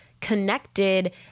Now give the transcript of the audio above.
connected